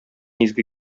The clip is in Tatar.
изге